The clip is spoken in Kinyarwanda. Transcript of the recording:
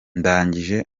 ndangije